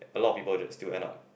a lot of people just still end up